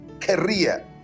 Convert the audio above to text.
career